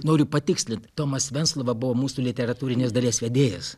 noriu patikslint tomas venclova buvo mūsų literatūrinės dalies vedėjas